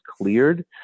cleared